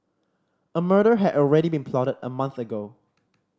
a murder had already been plotted a month ago